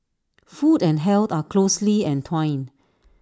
food and health are closely entwined